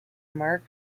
mark